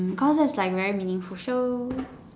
because it's like very meaningful show